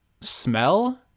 smell